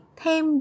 thêm